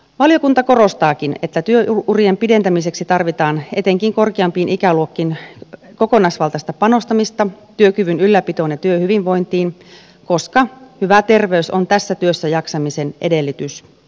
valiokunta korostaakin että työurien pidentämiseksi tarvitaan etenkin korkeampiin ikäluokkiin kokonaisvaltaista panostamista työkyvyn ylläpitoon ja työhyvinvointiin koska hyvä terveys on tässä työssä jaksamisen edellytys